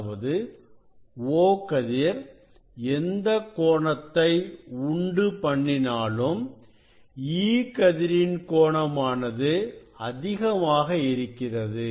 அதாவது O கதிர் எந்த கோணத்தை உண்டு பண்ணினாலும் E கதிரின் கோணம் ஆனது அதிகமாக இருக்கிறது